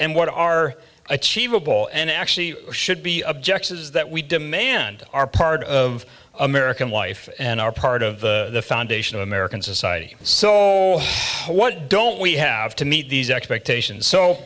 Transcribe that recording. and what are achievable and actually should be objects is that we demand are part of american life and are part of the foundation of american society so what don't we have to meet these expectations so